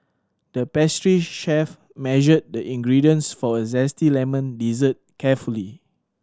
the pastry chef measured the ingredients for a zesty lemon dessert carefully